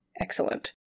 Excellent